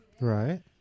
Right